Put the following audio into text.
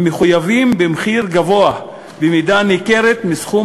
הם מחויבים במחיר גבוה במידה ניכרת מסכום